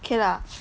okay lah